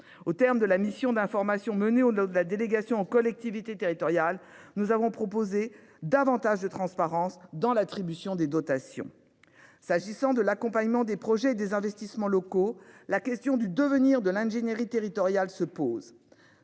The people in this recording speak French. Au terme de la mission d'information menée au nord de la délégation aux collectivités territoriales. Nous avons proposé. Davantage de transparence dans l'attribution des dotations. S'agissant de l'accompagnement des projets et des investissements locaux. La question du devenir de l'ingénierie territoriale se pose